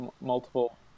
Multiple